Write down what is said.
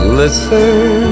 listen